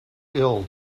ill